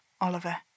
Oliver